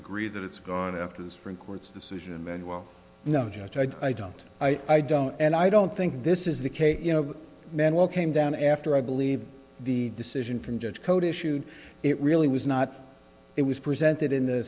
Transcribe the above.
agree that it's gone after the supreme court's decision and well no judge i don't i don't and i don't think this is the case you know men well came down after i believe the decision from judge code issued it really was not it was presented in the